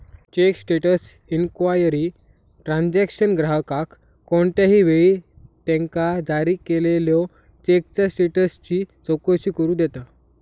check status inquiry transaction ग्राहकाक कोणत्याही वेळी त्यांका जारी केलेल्यो चेकचा स्टेटसची चौकशी करू देता